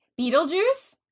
Beetlejuice